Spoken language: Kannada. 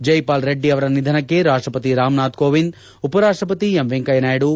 ಜೈಪಾಲ್ ರೆಡ್ಡಿ ಅವರ ನಿಧನಕ್ಕೆ ರಾಷ್ಷಪತಿ ರಾಮನಾಥ್ ಕೋವಿಂದ್ ಉಪರಾಪ್ಟಪತಿ ಎಂ ವೆಂಕಯ್ಕ ನಾಯ್ನು